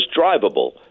drivable